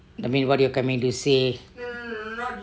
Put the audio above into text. I mean what do you coming to say